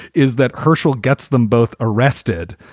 is that hershel gets them both arrested,